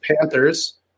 Panthers